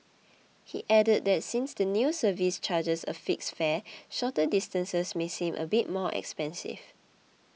he added that since the new service charges a fixed fare shorter distances may seem a bit more expensive